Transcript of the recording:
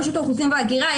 רשות האוכלוסין וההגירה,